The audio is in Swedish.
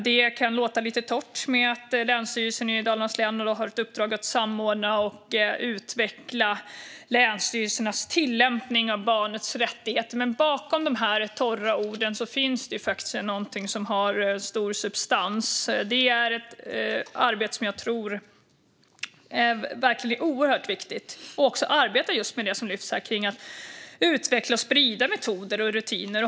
Det kan låta lite torrt att Länsstyrelsen i Dalarnas län har ett uppdrag att samordna och utveckla länsstyrelsernas tillämpning av barnets rättigheter. Men bakom de torra orden finns det någonting som har stor substans. Det är ett arbete som jag tror är oerhört viktigt. Det gäller att arbeta med det som lyfts fram här. Det handlar om att utveckla och sprida metoder och rutiner.